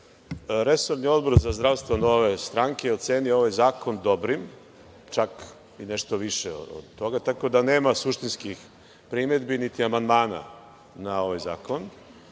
lepo. Resorni Odbor za zdravstvo Nove stranke, ocenio je ovaj zakon dobrim, čak i nešto više od toga, tako da nema suštinskih primedbi, niti amandmana na ovaj zakon. Podneo